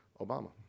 Obama